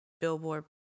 Billboard